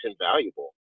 invaluable